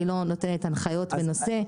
היא לא נותנת הנחיות בנושא.